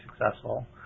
successful